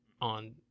on